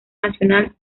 nacional